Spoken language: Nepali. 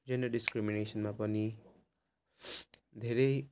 जेन्डर डिस्क्रिमिनेसनमा पनि धेरै